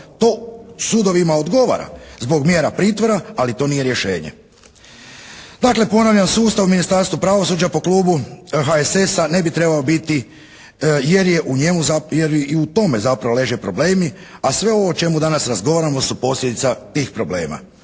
to sudovima odgovara zbog mjera pritvora, ali to nije rješenje. Dakle ponavljam sustav u Ministarstvu pravosuđa po klubu HSS-a ne bi trebao biti, jer i u tome zapravo leže problemi, a sve ovo o čemu danas razgovaramo su posljedica tih problema.